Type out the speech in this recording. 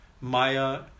maya